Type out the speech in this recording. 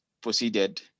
proceeded